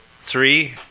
three